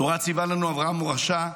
תורה ציווה לנו אברהם מורשה,